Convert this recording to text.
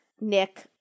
Nick